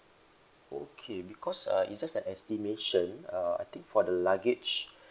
okay because uh it's just an estimation uh I think for the luggage